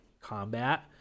combat